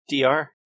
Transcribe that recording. DR